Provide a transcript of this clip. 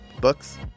books